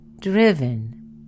driven